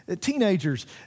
teenagers